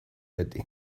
beti